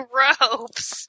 ropes